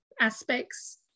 aspects